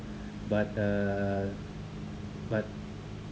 but uh but